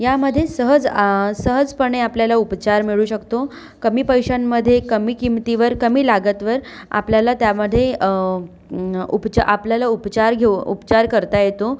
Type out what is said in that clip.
यामध्ये सहज सहजपणे आपल्याला उपचार मिळू शकतो कमी पैशांमधे कमी किंमतीवर कमी लागतवर आपल्याला त्यामध्ये उपचा आपल्याला उपचार घेऊ उपचार करता येतो